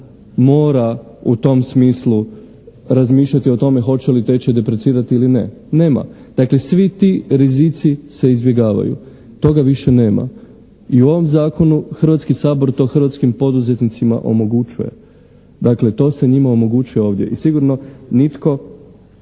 mora u tom smislu razmišljati o tome hoće li tečaj deprecirati ili ne. Nema. Dakle, svi ti rizici se izbjegavaju. Toga više nema. I u ovom Zakonu Hrvatski sabor to hrvatskim poduzetnicima omogućuje. Dakle, to se njima omogućuje ovdje. I sigurno nitko